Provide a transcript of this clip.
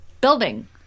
building